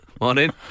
Morning